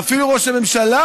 ואפילו ראש הממשלה,